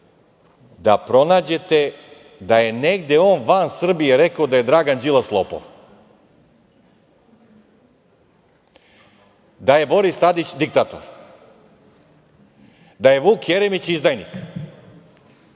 da pronađete da je negde on van Srbije rekao da je Dragan Đilas lopov, da je Boris Tadić diktator, da je Vuk Jeremić izdajnik?